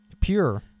pure